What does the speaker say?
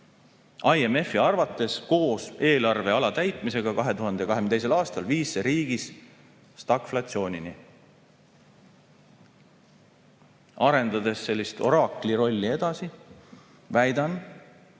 IMF-i arvates koos eelarveala täitmisega 2022. aastal viis see riigis stagflatsioonini. Arendades sellist oraakli rolli edasi, väidan,